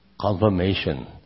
confirmation